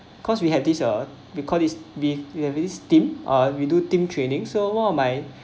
cause we have this uh we call this because we really this team uh we do team training so one of my